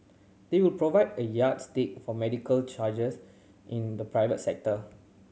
they will provide a yardstick for medical charges in the private sector